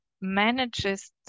manages